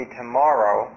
tomorrow